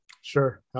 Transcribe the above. sure